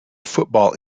football